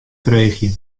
freegje